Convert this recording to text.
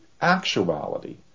actuality